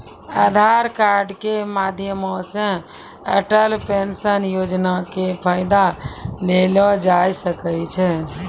आधार कार्ड के माध्यमो से अटल पेंशन योजना के फायदा लेलो जाय सकै छै